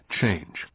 change